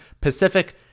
Pacific